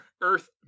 Earth